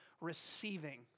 receiving